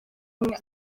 umwe